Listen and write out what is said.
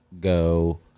go